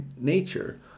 nature